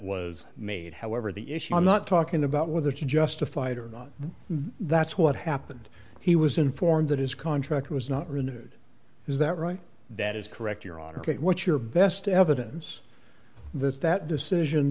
was made however the issue i'm not talking about whether justified or not that's what happened he was informed that his contract was not renewed is that right that is correct your honor what's your best evidence that that decision